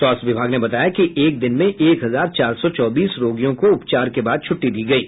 स्वास्थ्य विभाग ने बताया कि एक दिन में एक हजार चार सौ चौबीस रोगियों को उपचार के बाद छूट्टी दी गयी